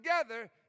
together